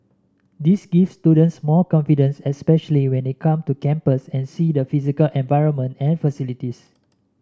this gives students more confidence especially when they come to campus and see the physical environment and facilities